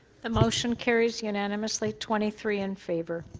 the motion carries unanimously twenty three in favor.